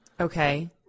Okay